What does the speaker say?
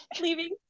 Leaving